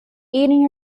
eating